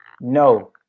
No